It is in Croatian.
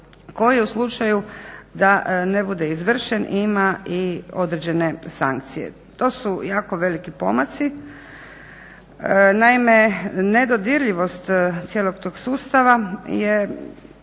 koji u slučaju da ne bude izvršen ima i određene sankcije. To su jako veliki pomaci. Naime, nedodirljivost cijelog tog sustava je